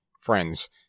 friends